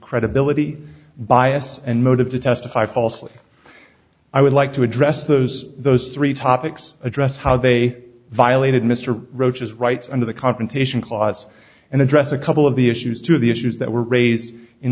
credibility bias and motive to testify falsely i would like to address those those three topics address how they violated mr roach his rights under the confrontation clause and address a couple of the issues two of the issues that were raised in